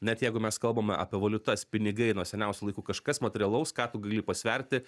net jeigu mes kalbame apie valiutas pinigai nuo seniausių laikų kažkas materialaus ką tu gali pasverti